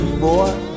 boy